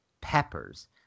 peppers